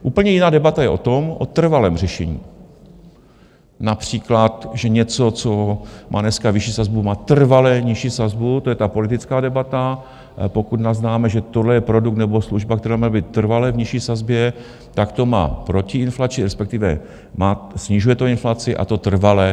Úplně jiná debata je o trvalém řešení, například že něco, co má dneska vyšší sazbu, má trvale nižší sazbu to je ta politická debata: pokud naznáme, že tohle je produkt nebo služba, která by měla být trvale v nižší sazbě, tak to má protiinflační, respektive snižuje to inflaci, a to trvale.